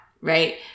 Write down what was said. right